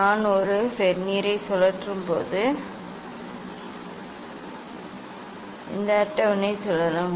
நான் இந்த ஒரு வெர்னியரை சுழற்றும்போது இந்த அட்டவணையும் சுழலும்